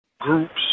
groups